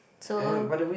so